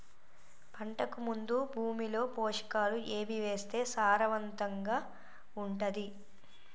పంటకు ముందు భూమిలో పోషకాలు ఏవి వేస్తే సారవంతంగా ఉంటది?